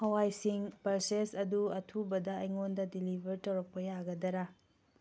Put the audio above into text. ꯍꯋꯥꯏꯁꯤꯡ pulses ꯑꯗꯨ ꯑꯊꯨꯕꯗ ꯑꯩꯉꯣꯟꯗ ꯗꯤꯂꯤꯕꯔ ꯇꯧꯔꯛꯄ ꯌꯥꯒꯗꯔꯥ